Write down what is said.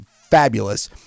fabulous